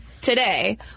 today